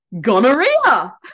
gonorrhea